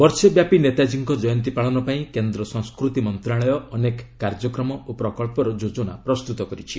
ବର୍ଷେ ବ୍ୟାପୀ ନେତାଜୀଙ୍କ କୟନ୍ତୀ ପାଳନ ପାଇଁ କେନ୍ଦ୍ର ସଂସ୍କୃତି ମନ୍ତ୍ରଣାଳୟ ଅନେକ କାର୍ଯ୍ୟକ୍ରମ ଓ ପ୍ରକ୍ସର ଯୋଜନା ପ୍ରସ୍ତୁତ କରିଛି